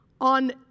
On